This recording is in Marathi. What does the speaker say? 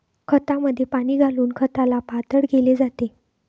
खतामध्ये पाणी घालून खताला पातळ केले जाते